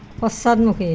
পশ্চাদমুখী